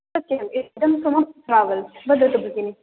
सत्यम् एतद् सुमुख् ट्रावल्स् वदतु भगिनी